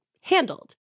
handled